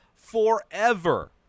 Forever